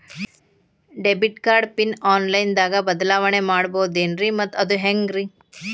Debit card PIN online ದಾಗ ಬದಲಾವಣೆ ಮಾಡಬಹುದೇನ್ರಿ ಮತ್ತು ಅದು ಹೆಂಗ್ರಿ?